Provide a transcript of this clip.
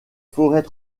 forêts